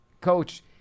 coach